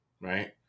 right